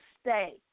stay